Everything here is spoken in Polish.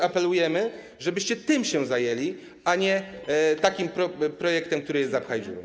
Apelujemy, żebyście tym się zajęli, a nie takim projektem, który jest zapchajdziurą.